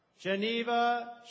Geneva